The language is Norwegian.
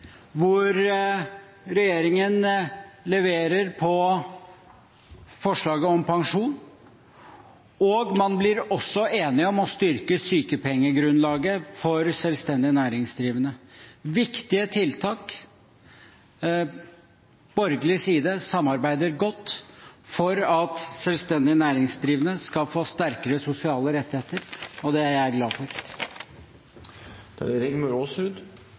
hvor regjeringen leverer på forslaget om pensjon, og man blir også enige om å styrke sykepengegrunnlaget for selvstendig næringsdrivende – viktige tiltak. Borgerlig side samarbeider godt for at selvstendig næringsdrivende skal få sterkere sosiale rettigheter, og det er jeg glad for. Jeg er